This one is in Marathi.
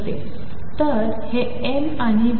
तर हे m v